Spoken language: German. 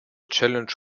challenge